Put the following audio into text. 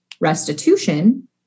restitution